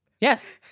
Yes